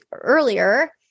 earlier